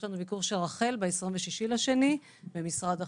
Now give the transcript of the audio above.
יש לנו ביקור של רח"ל ב-26 לפברואר במשרד החינוך,